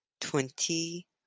twenty